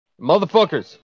Motherfuckers